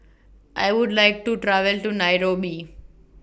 I Would like to travel to Nairobi